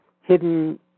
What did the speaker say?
hidden